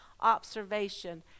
observation